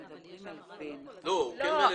לא.